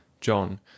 John